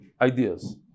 ideas